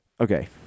okay